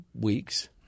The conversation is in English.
weeks